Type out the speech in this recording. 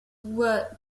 were